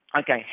okay